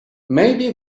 maybe